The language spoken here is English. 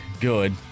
good